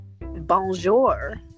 Bonjour